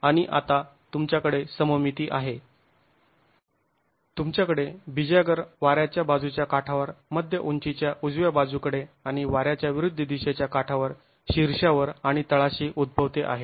आणि आता तुमच्याकडे सममिती आहे तुमच्याकडे बिजागर वाऱ्याच्या बाजूच्या काठावर मध्य उंचीच्या उजव्या बाजूकडे आणि वाऱ्याच्या विरुद्ध दिशेच्या काठावर शीर्षावर आणि तळाशी उद्भवते आहे